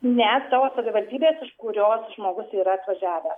ne savo savivaldybės kurios žmogus yra atvažiavęs